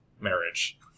marriage